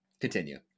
Continue